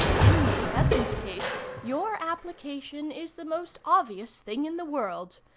in the present case your application is the most obvious thing in the world.